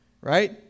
right